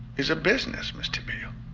is a business, mr. beale.